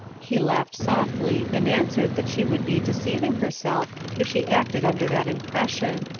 he laughed softly, and answered that she would be deceiving herself if she acted under that impression.